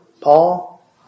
Paul